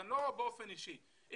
ולא באופן אישי,